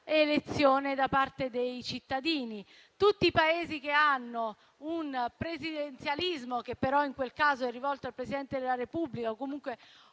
elezione da parte dei cittadini. Tutti i Paesi che hanno un presidenzialismo, che però in quel caso è rivolto al Presidente della Repubblica, o comunque